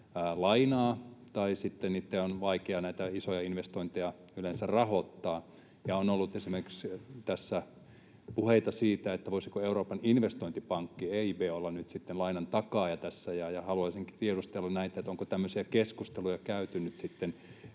lainaa tai niitten on vaikea näitä isoja investointeja yleensä rahoittaa, ja on ollut esimerkiksi tässä puheita siitä, voisiko Euroopan investointipankki EIP olla nyt sitten lainantakaaja tässä. Haluaisinkin tiedustella näistä, onko tämmöisiä keskusteluja käyty nyt ympäri